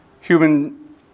Human